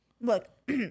Look